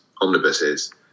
omnibuses